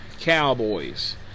Cowboys